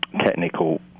technical